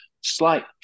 slight